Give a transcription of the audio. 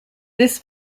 this